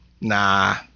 nah